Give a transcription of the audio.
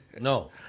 No